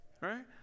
Right